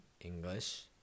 English